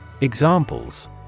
Examples